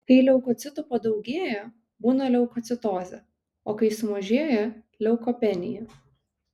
kai leukocitų padaugėja būna leukocitozė o kai sumažėja leukopenija